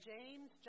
James